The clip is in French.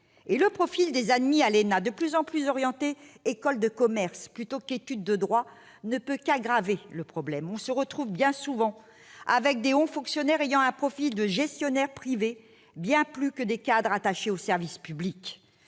Et le profil des élèves admis à l'ENA, qui ont plutôt fait des écoles de commerce que des études de droit, ne peut qu'aggraver le problème. On se retrouve bien souvent avec des hauts fonctionnaires ayant un profil de gestionnaires privés bien plus que de cadres attachés au service public.